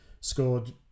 scored